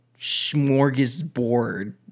smorgasbord